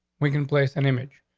we can place an image.